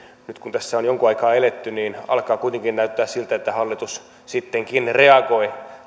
nyt kun tässä on jonkun aikaa eletty niin alkaa kuitenkin näyttää siltä että hallitus sittenkin reagoi